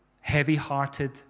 heavy-hearted